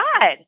God